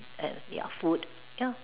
and ya food ya